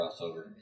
Crossover